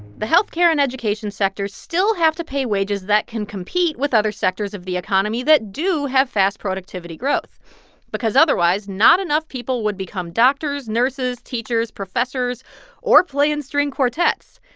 the health care and education sectors still have to pay wages that can compete with other sectors of the economy that do have fast productivity growth because otherwise not enough people would become doctors, nurses, teachers, professors or play in string quartets.